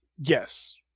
yes